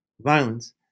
violence